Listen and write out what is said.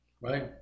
Right